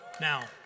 Now